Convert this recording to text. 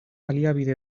baliabide